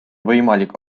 võimalik